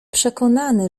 przekonany